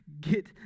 get